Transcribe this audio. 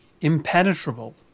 impenetrable